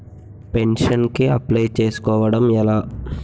Pension కి apply చేసుకోవడం ఎలా?